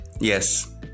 Yes